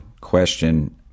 question